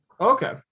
Okay